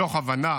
מתוך הבנה